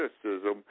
criticism